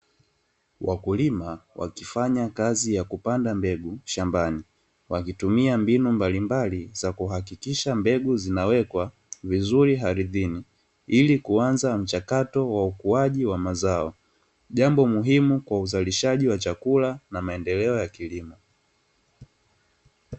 Wakulima wakifanya kazi ya kupanda mbegu shambani, wakitumia mbinu mbalimbali za kuhakikisha mbegu zinawekwa vizuri ardhini, ili kuanza mchakato wa ukuaji wa mazao; jambo muhimu kwa uzalishaji wa chakula na maendeleo ya kilimo.